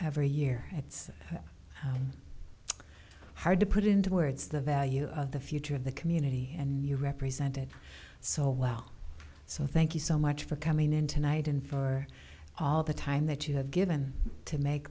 a year it's hard to put into words the value of the future of the community and you represented so well so thank you so much for coming in tonight and for all the time that you have given to make